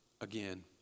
Again